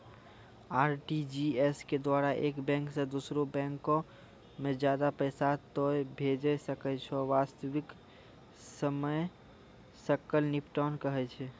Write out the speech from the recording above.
RTGS के द्वारा एक बैंक से दोसरा बैंको मे ज्यादा पैसा तोय भेजै सकै छौ वास्तविक समय सकल निपटान कहै छै?